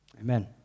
Amen